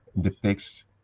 depicts